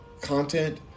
content